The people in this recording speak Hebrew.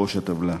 בראש הטבלה.